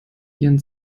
ihren